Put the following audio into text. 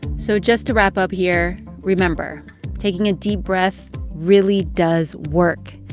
so just to wrap up here, remember taking a deep breath really does work.